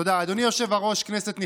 אדוני היושב-ראש, כנסת נכבדה.